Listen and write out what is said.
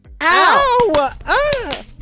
Ow